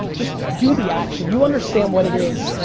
just do the action, you understand what it is,